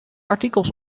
artikels